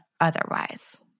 Otherwise